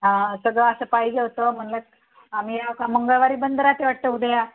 हां सगळं असं पाहिजे होतं म्हटलं आम्ही असं मंगळवारी बंद राहते वाटतं उद्या